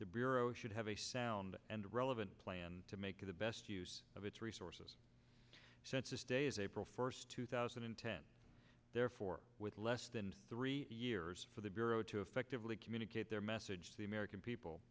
to bureau should have a sound and relevant plan to make the best use of its resources since this day is april first two thousand and ten therefore with less than three years for the bureau to effectively communicate their message to the american people